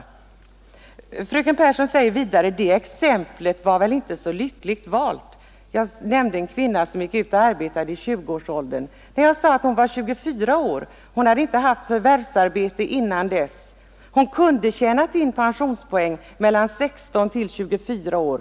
Onsdagen den Fröken Pehrsson säger vidare att mitt exempel inte var så lyckligt valt. 12 april 1972 Jag skulle ha nämnt en kvinna som gick ut och arbetade i 20-årsåldern,. ———— Men jag sade att hon var 24 år och inte hade haft förvärvsarbete innan Rätt till allmän tilldess. Hon kunde alltså ha tjänat in pensionspoäng i åldern 16—24 år.